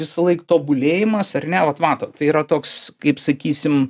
visąlaik tobulėjimas ar ne vat matot tai yra toks kaip sakysim